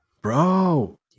bro